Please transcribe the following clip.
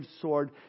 sword